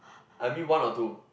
I meet one or two